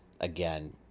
again